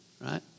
right